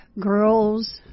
girls